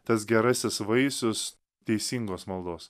tas gerasis vaisius teisingos maldos